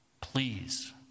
Please